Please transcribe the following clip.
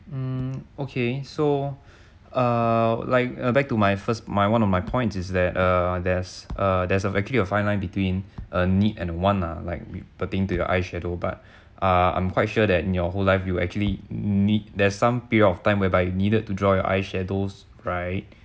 hmm okay so uh like uh back to my first my one of my point is that err there's err there's actually a fine line between a need and a want lah like putting to your eye shadow but uh I'm quite sure that in your whole life you actually need there's some period of time whereby you needed to draw your eye shadows right